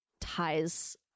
ties